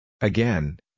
Again